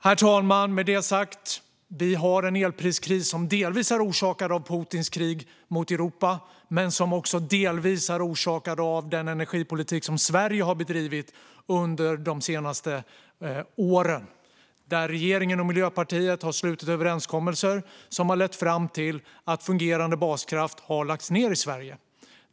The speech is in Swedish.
Med det sagt, herr talman, har vi en elpriskris som delvis är orsakad av Putins krig mot Europa men som delvis också är orsakad av den energipolitik som Sverige har bedrivit under de senaste åren, där regeringen och Miljöpartiet har slutit överenskommelser som har lett fram till att fungerande baskraft har lagts ned i Sverige.